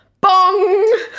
Bong